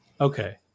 Okay